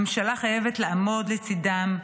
הממשלה חייבת לעמוד לצידם,